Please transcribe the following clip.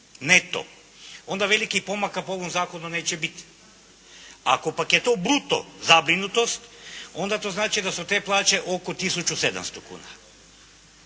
neto onda velikih pomaka po ovom zakonu neće biti. Ako pak je to bruto zabrinutost onda to znači da su te plaće oko tisuću